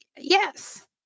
Yes